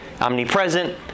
omnipresent